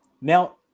Now